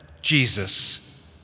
Jesus